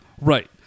Right